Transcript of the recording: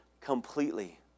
completely